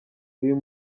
uyu